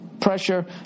pressure